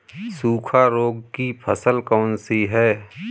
सूखा रोग की फसल कौन सी है?